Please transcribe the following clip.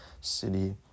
City